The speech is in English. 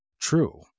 true